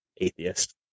atheist